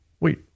wait